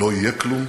לא יהיה כלום,